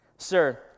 Sir